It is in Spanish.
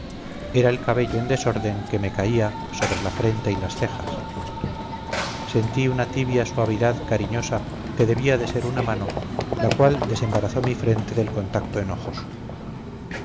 era el cabello en desorden que me caía sobre la frente y las cejas sentí una tibia suavidad cariñosa que debía de ser una mano la cual desembarazó mi frente del contacto enojoso